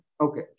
Okay